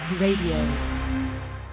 Radio